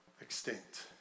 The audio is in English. extinct